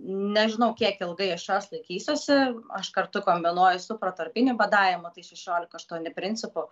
nežinau kiek ilgai aš jos laikysiuosi aš kartu kombinuoju su protarpiniu badavimu tai šešiolika aštuoni principu